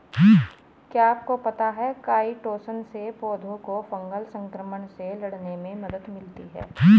क्या आपको पता है काइटोसन से पौधों को फंगल संक्रमण से लड़ने में मदद मिलती है?